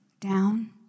Down